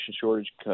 shortage